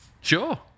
Sure